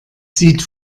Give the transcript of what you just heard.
sieht